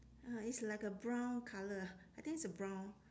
ah it's like a brown colour ah I think it's a brown